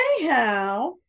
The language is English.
anyhow